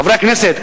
חברי הכנסת,